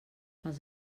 els